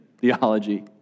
Theology